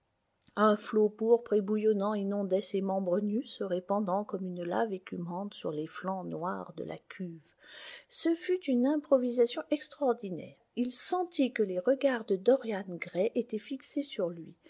un flot pourpre et bouillonnant inondait ses membres nus se répandant comme une lave écu mante sur les flancs noirs de la cuve ce fut une improvisation extraordinaire il sentit que les regards de dorian gray étaient fixés sur lui